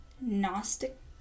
Gnostic